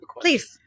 Please